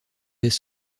des